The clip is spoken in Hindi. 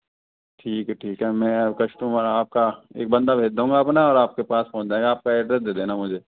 ठीक है ठीक है मैं कस्टमर आपका एक बंदा भेजता हूँ मैं अपना और आपके पास पहुँच जाएगा आपका एड्रेस दे देना मुझे